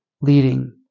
leading